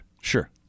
Sure